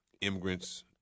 immigrants